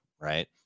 Right